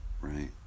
Right